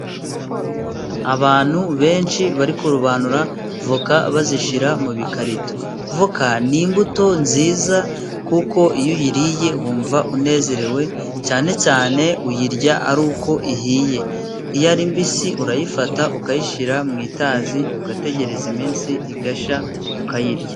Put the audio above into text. Abantu benshi bari kurobanura voka bazishyira mu bikarito. Voka ni imbuto nziza kuko iyo uyiriye wumva unezerewe, cyane cyane uyirya ari uko ihiye. Iyo ari mbisi urayifata ukayishyira mu itazi ugategereza iminsi igashya, ukayirya.